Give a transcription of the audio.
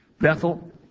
Bethel